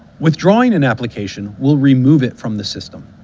withdrawing an application will remove it from the system.